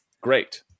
great